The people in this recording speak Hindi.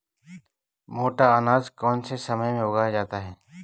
मोटा अनाज कौन से समय में उगाया जाता है?